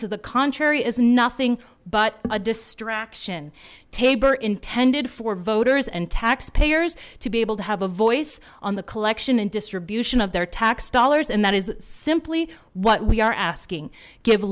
to the contrary is nothing but a distraction taber intended for voters and taxpayers to be able to have a voice on the collection and distribution of their tax dollars and that is simply what we are asking give